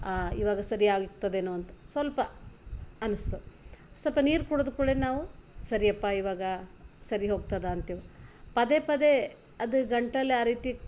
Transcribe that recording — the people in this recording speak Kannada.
ಆ ಇವಾಗ ಸರಿಯಾಗ್ತದೇನೋ ಅಂತ ಸ್ವಲ್ಪ ಅನಿಸ್ತ್ ಸ್ವಲ್ಪ ನೀರು ಕುಡ್ದು ಕುಳ್ಳೆ ನಾವು ಸರಿಯಪ್ಪ ಇವಾಗ ಸರಿ ಹೋಗ್ತದೆ ಅಂತೀವ್ ಪದೇ ಪದೇ ಅದು ಗಂಟಲು ಆ ರೀತಿ